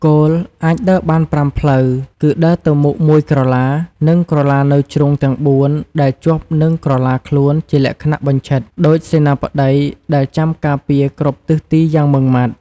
គោល អាចដើរបានប្រាំផ្លូវ គឺដើរទៅមុខមួយក្រឡា និងក្រឡានៅជ្រុងទាំងបួនដែលជាប់នឹងក្រឡាខ្លួនជាលក្ខណៈបញ្ឆិត ដូចសេនាបតីដែលចាំការពារគ្រប់ទិសទីយ៉ាងម៉ឺងម៉ាត់។